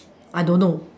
I don't know